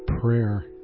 prayer